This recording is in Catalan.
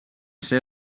ser